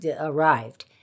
arrived